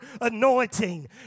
anointing